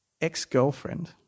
ex-girlfriend